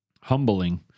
Humbling